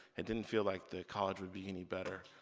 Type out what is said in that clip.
and didn't feel like that college would be any better.